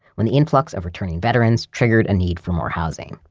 when the influx of returning veterans triggered a need for more housing.